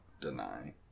deny